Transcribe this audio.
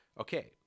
Okay